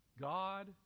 God